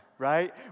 Right